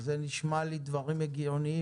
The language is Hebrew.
זה נשמע לי דברים הגיוניים,